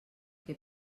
que